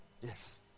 Yes